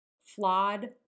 flawed